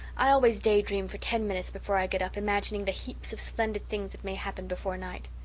i always day-dream for ten minutes before i get up, imagining the heaps of splendid things that may happen before night.